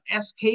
sk